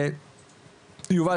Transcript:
יובל,